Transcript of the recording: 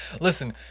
Listen